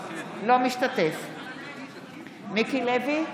אינו משתתף בהצבעה מיקי לוי,